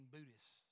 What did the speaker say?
Buddhists